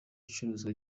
icuruzwa